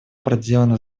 проделана